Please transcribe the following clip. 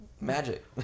magic